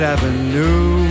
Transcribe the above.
Avenue